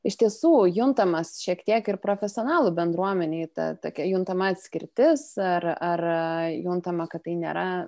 iš tiesų juntamas šiek tiek ir profesionalų bendruomenėj ta takia juntama atskirtis ar ar juntama kad tai nėra